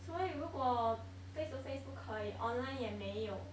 所以如果 face to face 不可以 online 也没有